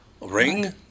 Ring